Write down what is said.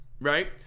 right